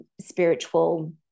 spiritual